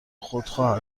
خودخواه